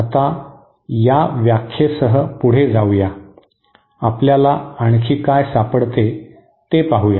आता या व्याख्येसह पुढे जाऊया आपल्याला आणखी काय सापडते ते पाहूया